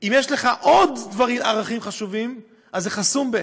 אם יש לך עוד ערכים חשובים, אז זה חסום בפניך.